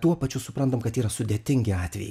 tuo pačiu suprantam kad yra sudėtingi atvejai